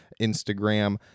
Instagram